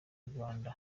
rwanda